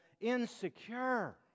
insecure